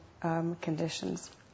conditions